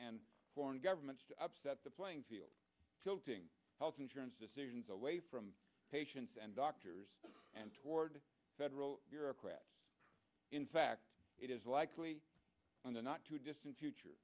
and foreign governments to upset the playing field tilting health insurance decisions away from patients and doctors and toward federal bureaucrats in fact it is likely in the not too distant future